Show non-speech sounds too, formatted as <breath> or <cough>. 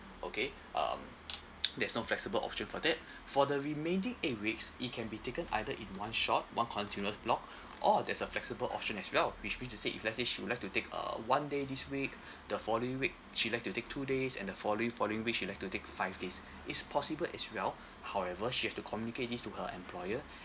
okay um there's no flexible option for that <breath> for the remaining eight weeks it can be taken either in one shot one continuous block <breath> or there's a flexible option as well which we just say if let's say she would like to take a one day this week <breath> the following week she'd like to take two days and the following following weeks she'd like to take five days <breath> it's possible as well <breath> however she have to communicate this to her employer <breath>